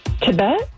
Tibet